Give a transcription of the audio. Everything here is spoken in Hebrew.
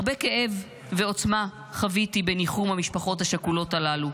הרבה כאב ועוצמה חוויתי בניחום המשפחות השכולות הללו.